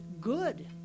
good